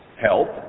help